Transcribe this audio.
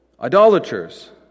Idolaters